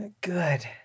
Good